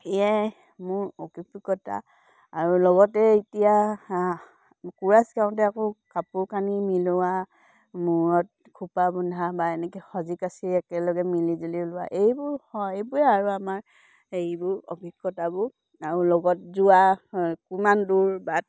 এয়াই মোৰ অভিজ্ঞতা আৰু লগতে এতিয়া কোৰাছ গাওঁতে আকৌ কাপোৰ কানি মিলোৱা মূৰত খোপা বন্ধা বা এনেকৈ সজিকাচি একেলগে মিলি জুলি ওলোৱা এইবোৰ হয় এইবোৰে আৰু আমাৰ এইবোৰ অভিজ্ঞতাবোৰ আৰু লগত যোৱা কিমান দূৰ বাট